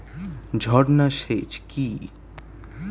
ঝর্না সেচ কি?